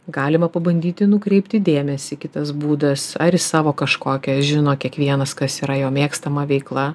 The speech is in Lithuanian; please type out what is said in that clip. galima pabandyti nukreipti dėmesį kitas būdas ar į savo kažkokią žino kiekvienas kas yra jo mėgstama veikla